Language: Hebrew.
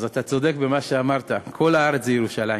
אז אתה צודק במה שאמרת, כל הארץ זה ירושלים.